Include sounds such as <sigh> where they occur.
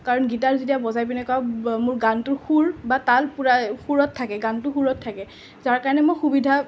কাৰণ গীটাৰ যেতিয়া বজাই পিনে <unintelligible> মোৰ গানটোৰ সুৰ বা তাল পূৰা সুৰত থাকে গানটো সুৰত থাকে যাৰ কাৰণে মই সুবিধা সুবিধা পাওঁ